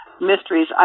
mysteries